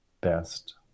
best